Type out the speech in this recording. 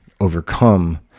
overcome